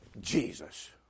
Jesus